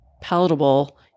palatable